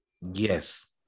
Yes